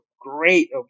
great